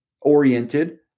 oriented